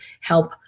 help